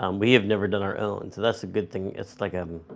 um we have never done our own, so that's the good thing. it's like a